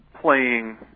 playing